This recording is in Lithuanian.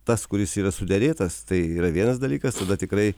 tas kuris yra suderėtas tai yra vienas dalykas tada tikrai